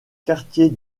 quartier